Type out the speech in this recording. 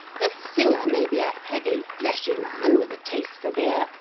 the singer may be a heavy, fleshy man with a taste for beer,